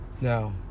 Now